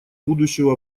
будущего